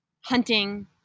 hunting